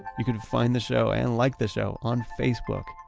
you can find the show and like the show on facebook.